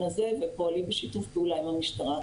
הזה ופועלים בשיתוף פעולה עם המשטרה,